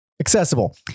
accessible